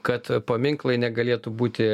kad paminklai negalėtų būti